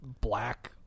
Black